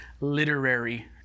literary